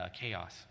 chaos